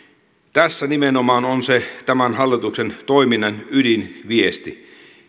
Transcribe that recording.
tässä nimenomaan on se tämän hallituksen toiminnan ydinviesti